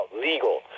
legal